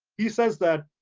he says that,